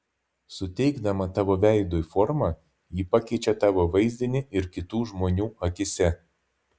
suteikdama tavo veidui formą ji pakeičia tavo vaizdinį ir kitų žmonių akyse